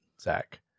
Zach